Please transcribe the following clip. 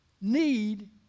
need